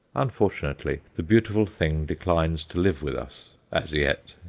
unfortunately the beautiful thing declines to live with us as yet.